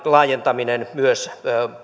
laajentaminen myös